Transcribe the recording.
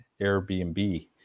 airbnb